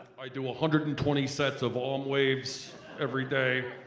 i do a hundred and twenty sets of arm waves every day.